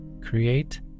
create